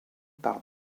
par